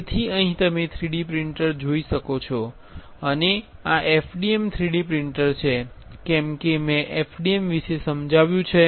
તેથી અહીં તમે 3D પ્રિંટર જોઈ શકો છો અને આ FDM 3D પ્રિન્ટર છે કેમ કે મેં FDM વિશે સમજાવ્યું છે